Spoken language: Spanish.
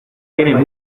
tiene